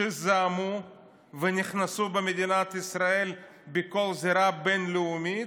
שזעמו ונכנסו במדינת ישראל בכל זירה בין-לאומית,